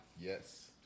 Yes